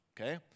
okay